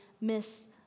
miss